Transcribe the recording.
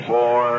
Four